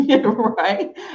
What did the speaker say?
right